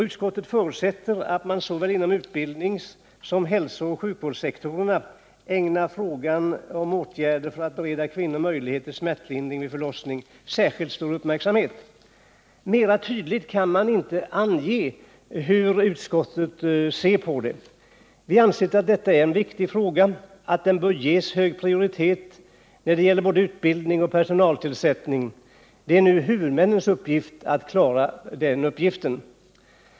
Utskottet förutsätter att man såväl inom utbildningssektorn som inom hälsooch sjukvården ägnar frågan om åtgärder för att bereda kvinnorna möjlighet till smärtlindring vid förlossning särskild uppmärksamhet.” Mera tydligt kan man inte ange hur utskottet ser på frågan. Vi har ansett att det är en viktig fråga och att den bör ges hög prioritet när det gäller både utbildning och personaltillsättning. Det är nu huvudmännens uppgift att klara den saken.